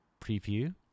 preview